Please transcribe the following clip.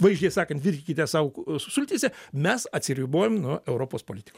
vaizdžiai sakant virkite sauk su sultyse mes atsiribojam nuo europos politikų